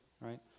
right